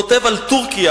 הוא כותב על טורקיה,